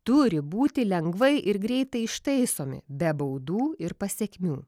turi būti lengvai ir greitai ištaisomi be baudų ir pasekmių